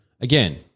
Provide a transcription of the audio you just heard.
Again